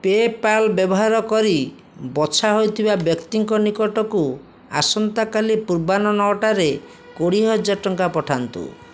PayPal ବ୍ୟବହାର କରି ବଛା ହୋଇଥିବା ବ୍ୟକ୍ତିଙ୍କ ନିକଟକୁ ଆସନ୍ତାକାଲି ପୂର୍ବାହ୍ନ ନଅଟାରେ ଟା'ରେ କୋଡ଼ିଏ ହଜାର ଟଙ୍କା ପଠାନ୍ତୁ